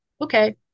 Okay